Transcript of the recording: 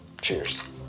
cheers